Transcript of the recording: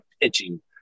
pitching